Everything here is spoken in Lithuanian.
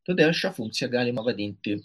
todėl šią funkciją galima vadinti